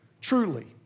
Truly